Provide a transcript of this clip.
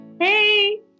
Hey